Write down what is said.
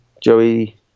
Joey